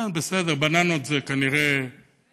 כן, בסדר, בננות זה כנראה מושג קשיח.